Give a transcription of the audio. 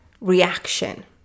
reaction